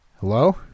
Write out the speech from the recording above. Hello